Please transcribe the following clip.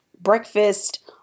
breakfast